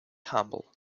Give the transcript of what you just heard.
humble